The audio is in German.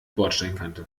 bordsteinkante